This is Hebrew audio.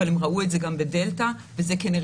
אבל הם ראו את זה גם בדלתא וזה כנראה